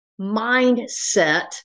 Mindset